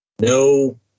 No